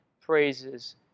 praises